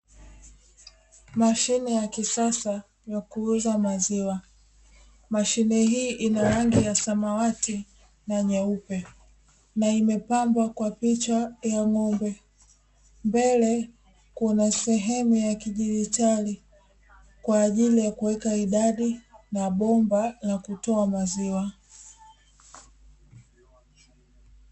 Mashine ya kisasa ya kuuza maziwa, mashine hii ina rangi ya samawati na nyeupe, na imepambwa kwa picha ya ng'ombe mbele kuna sehemu ya kidigitali kwa ajili ya kuweka idadi na bomba la kutoa maziwa.